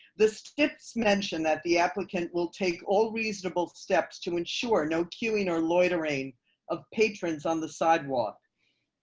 the steps mentioned that the applicant will take all reasonable steps to ensure no queuing or loitering of patrons on the sidewalk.